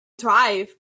drive